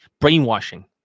brainwashing